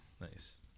Nice